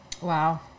Wow